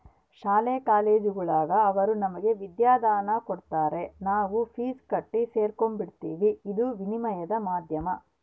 ಶಾಲಾ ಕಾಲೇಜುಗುಳಾಗ ಅವರು ನಮಗೆ ವಿದ್ಯಾದಾನ ಕೊಡತಾರ ನಾವು ಫೀಸ್ ಕಟ್ಟಿ ಸೇರಕಂಬ್ತೀವಿ ಇದೇ ವಿನಿಮಯದ ಮಾಧ್ಯಮ